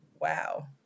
Wow